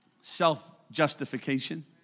Self-justification